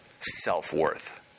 self-worth